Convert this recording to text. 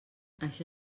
això